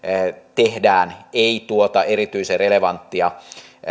tehdään ei tuota erityisen relevanttia